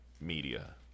media